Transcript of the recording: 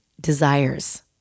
desires